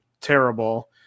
terrible